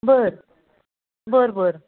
बरं बरं बरं